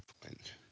point